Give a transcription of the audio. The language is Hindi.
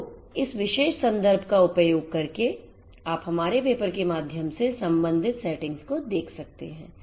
तो इस विशेष संदर्भ का उपयोग करके आप हमारे पेपर के माध्यम से संबंधित सेटिंग्स को देख सकते हैं